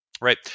Right